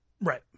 Right